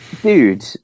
dude